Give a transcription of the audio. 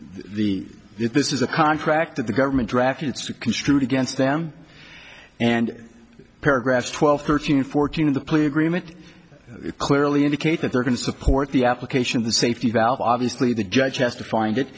the this is a contract that the government drafted it's a construed against them and paragraphs twelve thirteen fourteen of the plea agreement clearly indicate that they're going to support the application the safety valve obviously the judge has to find it